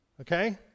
okay